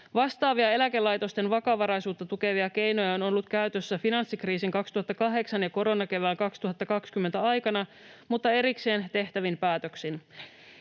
Vastaavia eläkelaitosten vakavaraisuutta tukevia keinoja on ollut käytössä finanssikriisin 2008 ja koronakevään 2020 aikana, mutta erikseen tehtävin päätöksin.